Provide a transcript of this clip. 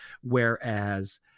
Whereas